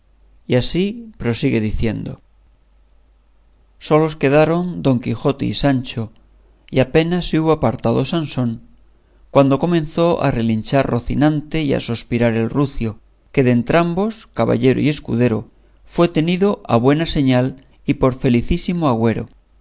y así prosigue diciendo solos quedaron don quijote y sancho y apenas se hubo apartado sansón cuando comenzó a relinchar rocinante y a sospirar el rucio que de entrambos caballero y escudero fue tenido a buena señal y por felicísimo agüero